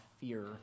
fear